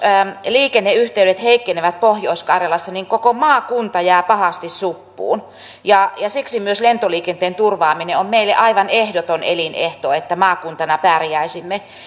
liikenneyhteydet heikkenevät pohjois karjalassa niin koko maakunta jää pahasti suppuun siksi myös lentoliikenteen turvaaminen on meille aivan ehdoton elinehto että maakuntana pärjäisimme